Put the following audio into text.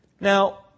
Now